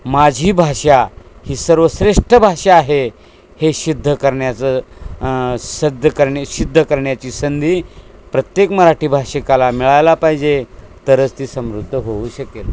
माझी भाषा ही सर्वश्रेष्ठ भाषा आहे हे सिद्ध करण्याचं सिद्ध करणे सिद्ध करण्याची संधी प्रत्येक मराठी भाषिकाला मिळायला पाहिजे तरच ती समृद्ध होऊ शकेल